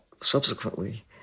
subsequently